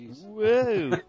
Whoa